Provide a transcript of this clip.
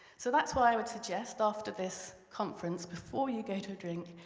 so that's why i would suggest after this conference, before you get a drink,